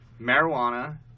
marijuana